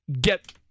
get